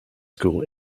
school